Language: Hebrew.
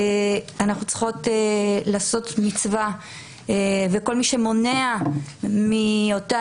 אנחנו צריכות לעשות מצווה ולעזור לה מול כל מי שמונע מאותה